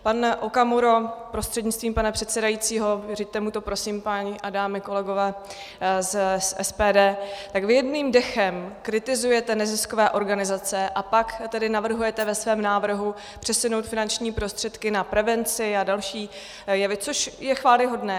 Pane Okamuro prostřednictvím pana předsedajícího vyřiďte mu to prosím, páni a dámy, kolegové z SPD vy jedním dechem kritizujete neziskové organizace, a pak tedy navrhujete ve svém návrhu přesunout finanční prostředky na prevenci a další jevy, což je chvályhodné.